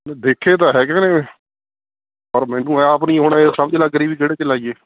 ਦੇਖੇ ਤਾਂ ਹੈਗੇ ਨੇ ਪਰ ਮੈਨੂੰ ਆਪ ਨਹੀਂ ਹੋਣਾ ਇਹ ਸਮਝ ਲੱਗ ਰਹੀ ਵੀ ਕਿਹੜੇ 'ਚ ਲਾਈਏ